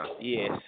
Yes